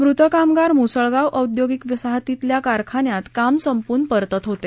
मृत कामगार मुसळगाव औद्योगिक वसाहतीतील कारखान्यातील काम संपवून परतत होते